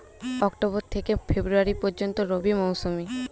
October থেকে February পর্যন্ত রবি মৌসুম